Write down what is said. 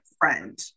friend